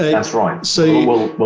that's right. so